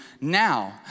now